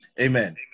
Amen